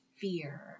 fear